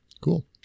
Cool